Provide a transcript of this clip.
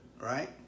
right